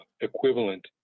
equivalent